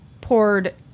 poured